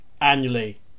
annually